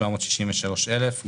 מה שהבנתי,